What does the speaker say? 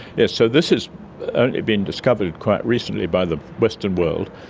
yes, so this has only been discovered quite recently by the western world,